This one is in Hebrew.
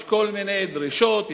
יש כל מיני דרישות,